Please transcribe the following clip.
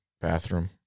bathroom